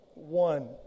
One